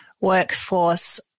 workforce